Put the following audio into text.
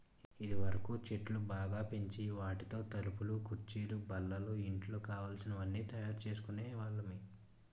ఇదివరకు చెట్లు బాగా పెంచి వాటితో తలుపులు కుర్చీలు బల్లలు ఇంట్లో కావలసిన అన్నీ తయారు చేసుకునే వాళ్ళమి